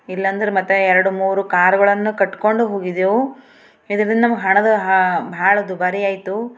ಇಲ್ಲಂದ್ರೆ ಮತ್ತೆ ಎರಡು ಮೂರು ಕಾರುಗಳನ್ನು ಕಟ್ಟಿಕೊಂಡು ಹೋಗಿದ್ದೆವು ಇದ್ರಿಂದ ನಮಗೆ ಹಣದ ಭಾಳ ದುಬಾರಿಯಾಯ್ತು